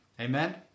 Amen